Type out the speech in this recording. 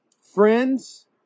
Friends